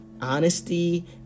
honesty